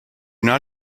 not